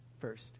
first